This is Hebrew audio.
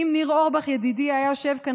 אם ניר אורבך ידידי היה יושב כאן,